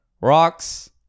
rocks